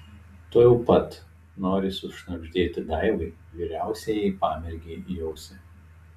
tuojau pat nori sušnabždėti daivai vyriausiajai pamergei į ausį